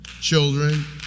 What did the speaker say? children